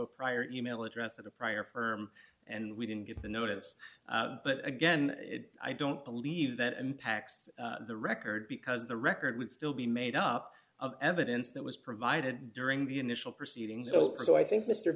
a prior email address at a prior firm and we didn't get the notice but again i don't believe that impacts the record because the record would still be made up of evidence that was provided during the initial proceedings so i think mr